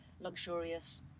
luxurious